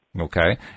Okay